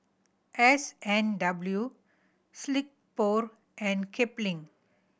S and W Silkpro and Kipling